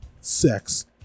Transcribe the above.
sex